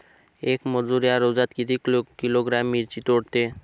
येक मजूर या रोजात किती किलोग्रॅम मिरची तोडते?